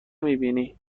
میبینی